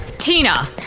Tina